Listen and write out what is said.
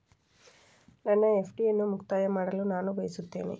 ನನ್ನ ಎಫ್.ಡಿ ಅನ್ನು ಮುಕ್ತಾಯ ಮಾಡಲು ನಾನು ಬಯಸುತ್ತೇನೆ